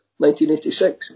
1986